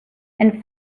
and